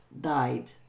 died